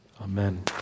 Amen